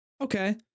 Okay